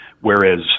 whereas